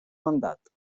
mandat